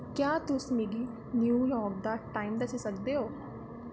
क्या तुस मिगी न्यूयार्क दा टाइम दस्सी सकदे ओ